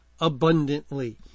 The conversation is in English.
abundantly